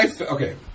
okay